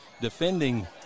defending